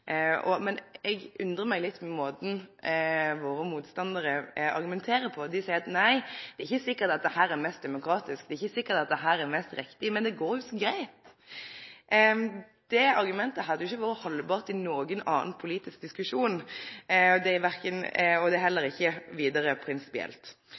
Men eg undrar meg litt over måten våre motstandarar argumenterer på. Dei seier at nei, det er ikkje sikkert at dette er mest demokratisk, det er ikkje sikkert at dette er mest riktig, men det går jo så greitt! Det argumentet hadde ikkje vore haldbart i nokon annan politisk diskusjon, og det er heller ikkje vidare prinsipielt. Dersom me no får denne utgreiinga og